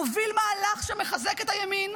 מוביל מהלך שמחזק את הימין.